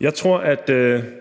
Jeg tror, at